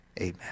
amen